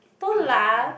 polar